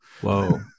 whoa